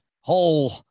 whole